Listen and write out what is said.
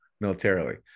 militarily